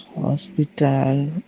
Hospital